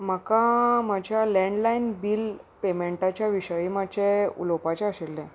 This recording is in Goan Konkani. म्हाका म्हज्या लँडलायन बिल पेमेंटाच्या विशयी मातशें उलोवपाचें आशिल्लें